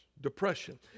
depression